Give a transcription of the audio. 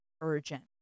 urgent